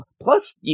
plus